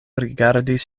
rigardis